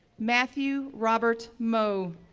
matthew robert moe,